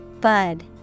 Bud